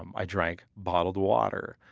um i drank bottled water.